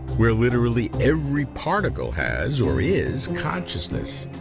where literally every particle has, or is, consciousness.